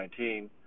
2019